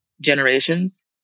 generations